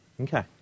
Okay